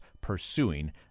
pursuing